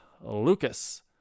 Lucas